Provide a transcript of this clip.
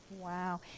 Wow